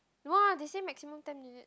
no ah they say maximum ten minute